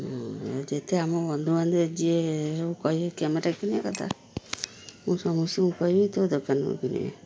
ଯେତେ ଆମ ବନ୍ଧୁବାନ୍ଧବ ଯିଏ ସବୁ କହିବେ କ୍ୟାମେରା କିଣିବା କଥା ମୁଁ ସମସ୍ତଙ୍କୁ କହିବି ତୋ ଦୋକାନରୁ କିଣିବେ